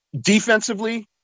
defensively